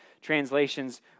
translations